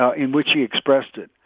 ah in which he expressed it,